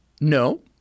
No